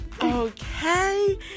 Okay